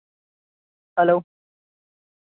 hello